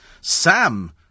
Sam